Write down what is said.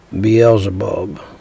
Beelzebub